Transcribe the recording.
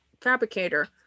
fabricator